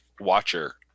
watcher